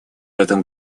этом